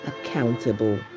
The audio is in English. accountable